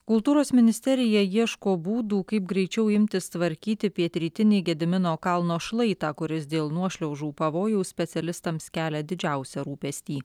kultūros ministerija ieško būdų kaip greičiau imtis tvarkyti pietrytinį gedimino kalno šlaitą kuris dėl nuošliaužų pavojaus specialistams kelia didžiausią rūpestį